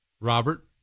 Robert